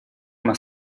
una